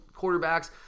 quarterbacks